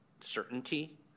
certainty